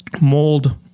mold